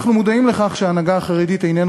אנחנו מודעים לכך שההנהגה החרדית איננה